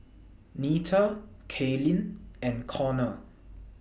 Nita Kaylynn and Konnor